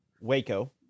Waco